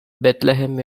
bethlehem